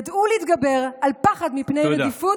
ידעו להתגבר על פחד מפני רדיפות,